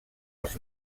els